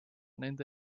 nende